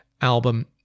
album